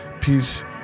Peace